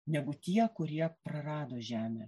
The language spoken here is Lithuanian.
negu tie kurie prarado žemę